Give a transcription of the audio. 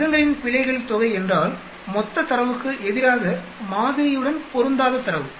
வர்க்கங்களின் பிழைகள் தொகை என்றால் மொத்த தரவுக்கு எதிராக மாதிரியுடன் பொருந்தாத தரவு